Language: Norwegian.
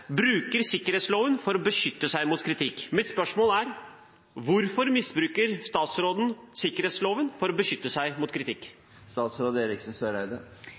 bruker sikkerhetsloven for å beskytte seg mot kritikk.» Mitt spørsmål er: Hvorfor misbruker statsråden sikkerhetsloven for å beskytte seg mot kritikk?